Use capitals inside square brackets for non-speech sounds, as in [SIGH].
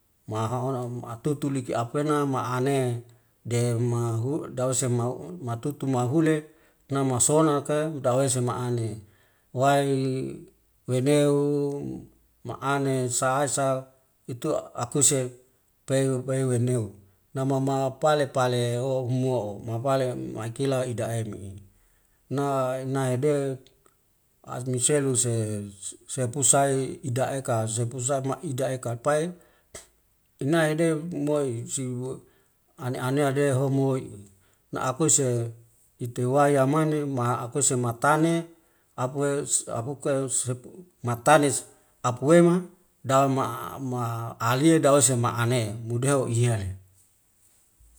Mahono am atutu liki apuena nama ane de mahu matutu mahule nama sonake dawese ma'ane wai weneu ma ane saisa ito akuse peu pewaneu, nam mapale pale o humo'o mapale makilai idaemi na enahede amiseluse sepusahai idaeka sepusai ma ida eka pai [NOISE] ina hede moi si ane anea dehomoi'i, na akuse ite wai yamani ma akuse matane apue apuke sepu matane apueme damama alie dawesema ma ane mideho uyele.